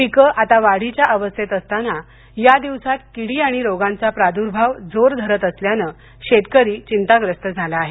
पिकं आतावाढीच्या अवस्थेत असतांना या दिवसात किडी आणि रोगांचा प्राद्भाव जोर धरत असल्याने शेतकरीचिंताग्रस्त झाला आहे